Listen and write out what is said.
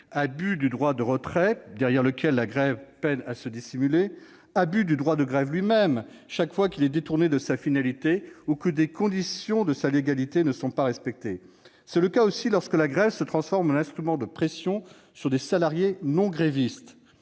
abus du droit de retrait, derrière lequel la grève peine à se dissimuler ; abus de l'exercice du droit de grève lui-même, chaque fois qu'il est détourné de sa finalité ou que les conditions de sa légalité ne sont pas respectées. C'est le cas aussi lorsque la grève se transforme en un instrument de pression sur des salariés non grévistes